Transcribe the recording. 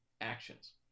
actions